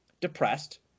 depressed